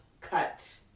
cut